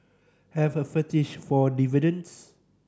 have a fetish for dividends